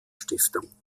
stiftung